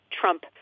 Trump